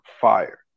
fire